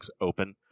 open